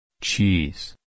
Cheese